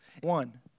One